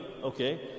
Okay